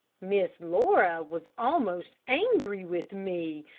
miss laura was almost angry with me,